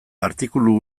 artikulu